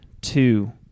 two